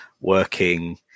working